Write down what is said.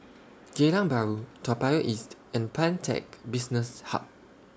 Geylang Bahru Toa Payoh East and Pantech Business Hub